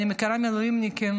אני מכירה מילואימניקים,